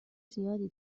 زیادی